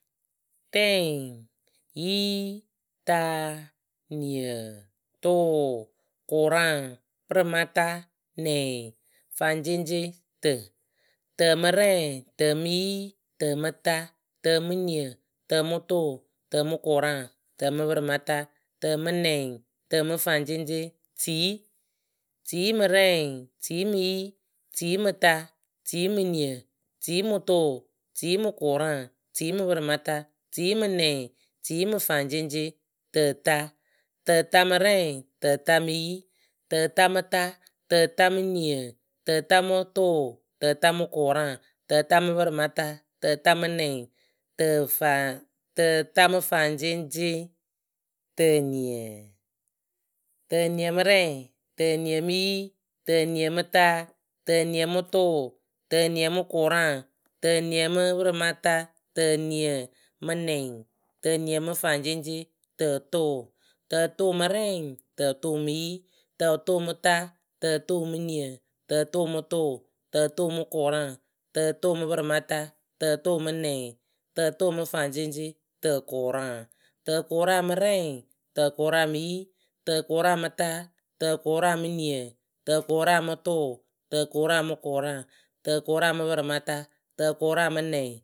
Rɛŋ, yi, taa, niǝ, tʊʊ, kʊraŋ, pǝrɩmata, nɛŋ, faŋceŋceŋ, tǝ, tǝ mɨ rɛŋ, tǝ mɨ yi, tǝ mɨ ta, tǝ mɨ niǝ, tǝ mɨ tʊʊ, tǝ mɨ kʊraŋ, tǝ mɨ pǝrɩmata, tǝ mɨ nɛŋ, tǝ mɨ faŋceŋceŋ, tiyi, tiyi mɨ rɛŋ, tiyi mɨ yi, tiyi mɨ ta, tiyi mɨ niǝ, tiyi mɨ tʊʊ, tǝta mɨ ta, tǝta mɨ niǝ, tǝta mɨ tʊʊ, tǝta mɨ kʊraŋ, tǝta mɨ pǝrɩmata, tǝta mɨ nɛŋ. tǝfaŋ tǝta mɨ faŋceŋceŋ, tiniǝ, tiniǝ mɨ rɛŋ tiniǝ mɨ yi, tiniǝ mɨ ta, tiniǝ mɨ tʊʊ, tiniǝ mɨ kʊraŋ, tiniǝ mɨ pǝrɩmata, tiniǝ mɨ nɛŋ, tiniǝ mɨ faŋceŋceŋ, tǝtʊʊ, tǝtʊʊ mɨ rɛyɩ, tǝtʊʊ mɨ yi, tǝtʊʊ mɨ ta, tǝtʊʊ mɨ niǝ, tǝtʊʊ mɨ tʊʊ. tǝtʊʊ mɨ kʊraŋ, tǝtʊʊ mɨ pɨrɩmata, tǝtʊʊ mɨ nɛŋ, tǝtʊʊ faŋceŋceŋ, tǝkʊraŋ, tǝkʊraŋ mɨ rɛyɩ, tǝkʊraŋ mɨ yi, tǝkʊraŋ mɨ ta, tǝkʊraŋ mɨ niǝ, tǝkʊraŋ mɨ tʊʊ, tǝkʊraŋ mɨ, kʊraŋ, tǝkʊraŋ mɨ pɨrɩmata, tǝkʊraŋ mɨ nɛŋ